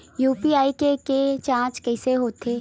UPI के के जांच कइसे होथे?